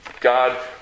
God